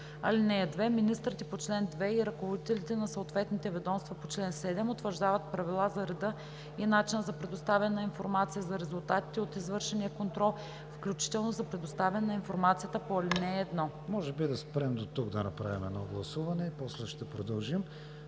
(2) Министрите по чл. 2 и ръководителите на съответните ведомства по чл. 7 утвърждават правила за реда и начина за предоставяне на информация за резултатите от извършения контрол, включително за предоставяне на информацията по ал. 1.“ ПРЕДСЕДАТЕЛ КРИСТИАН ВИГЕНИН: Да спрем дотук, да направим едно гласуване, после ще продължим.